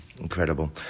Incredible